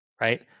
right